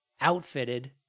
outfitted